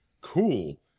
Cool